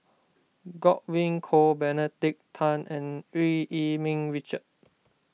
Godwin Koay Benedict Tan and Eu Yee Ming Richard